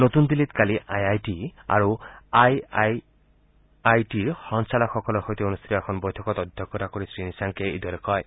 নতুন দিল্লীত কালি আই আই টি আৰু আই আই আই আই টিৰ সঞালকসকলৰ সৈতে অনুষ্ঠিত এখন বৈঠকত অধ্যক্ষতা কৰি শ্ৰীনিশাংকে এইদৰে কয়